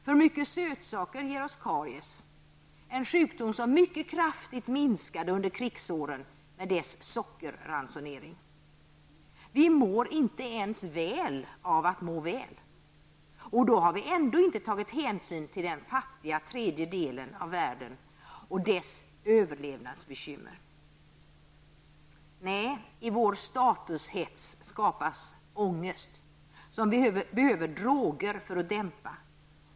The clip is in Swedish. För mycket sötsaker ger oss karies, en sjukdom som mycket kraftigt minskade under krigsåren då det var sockerransonering. Vi mår inte ens väl av att må väl, och då har vi ändå inte tagit hänsyn till den fattiga tredje världen och dess överlevnadsbekymmer. Nej, i vår statushets skapas ångest, som vi behöver droger för att dämpa.